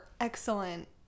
excellent